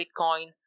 Bitcoin